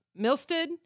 Milstead